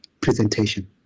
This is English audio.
presentation